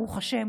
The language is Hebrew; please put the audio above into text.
ברוך השם,